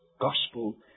gospel